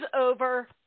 over